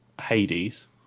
Hades